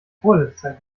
vorletzter